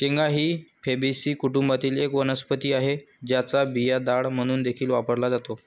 शेंगा ही फॅबीसी कुटुंबातील एक वनस्पती आहे, ज्याचा बिया डाळ म्हणून देखील वापरला जातो